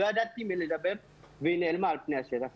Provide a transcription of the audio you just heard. לא ידעתי עם מי לדבר והיא נעלמה מהשטח.